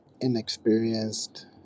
inexperienced